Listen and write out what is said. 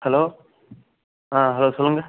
hello ah hello சொல்லுங்கள்